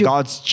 God's